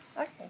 Okay